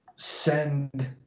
send